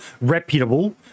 reputable